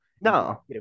No